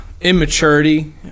immaturity